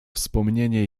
wspomnienie